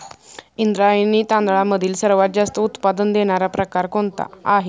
इंद्रायणी तांदळामधील सर्वात जास्त उत्पादन देणारा प्रकार कोणता आहे?